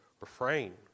refrain